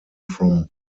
from